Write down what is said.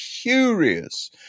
curious